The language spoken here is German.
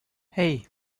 hei